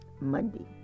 Monday